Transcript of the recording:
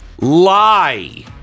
lie